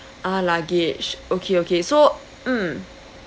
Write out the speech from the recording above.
ah luggage okay okay so mm